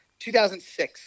2006